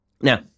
Now